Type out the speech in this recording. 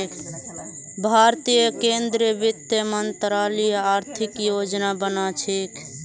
भारतीय केंद्रीय वित्त मंत्रालय आर्थिक योजना बना छे